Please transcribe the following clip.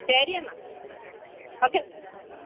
ശരി എന്നാൽ ഒക്കെ